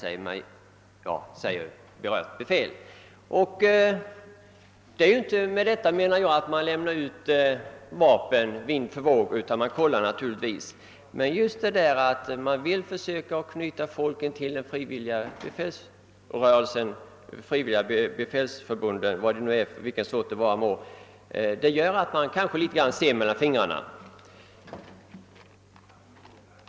Jag menar inte att vapen lämnas ut vind för våg, utan man kollar naturligtvis, men just det där att man vill försöka knyta så många som möjligt till de frivilliga försvarsförbunden gör att man kanske litet grand ser mellan fingrarna.